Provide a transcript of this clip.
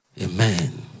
Amen